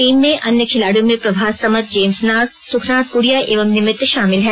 team में अन्य खिलाड़ियों में प्रभात समद जेम्स नाग सुखनाथ गुड़िया एवं निमित्त डोडराय शामिल हैं